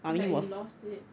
that you lost it